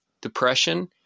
depression